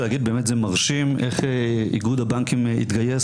על כן נשמח אם הדוברים הראשונים יהיו נציגי הממשלה